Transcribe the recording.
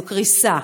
זו קריסה.